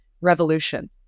revolution